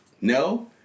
no